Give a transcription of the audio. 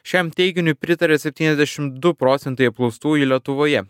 šiam teiginiui pritaria septyniasdešim du procentai apklaustųjų lietuvoje